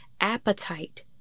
appetite